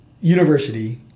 university